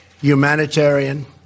humanitarian